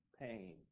pain